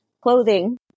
clothing